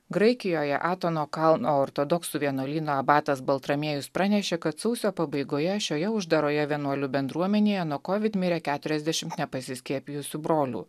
graikijoje atono kalno ortodoksų vienuolyno abatas baltramiejus pranešė kad sausio pabaigoje šioje uždaroje vienuolių bendruomenėje nuo covid mirė keturiasdešimt nepasiskiepijusių brolių